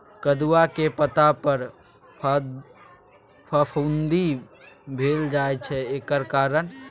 कदुआ के पता पर फफुंदी भेल जाय छै एकर कारण?